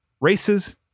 races